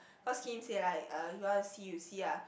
because Kim say like uh you want to see you see ah